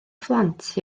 phlant